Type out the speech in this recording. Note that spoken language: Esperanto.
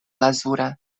lazura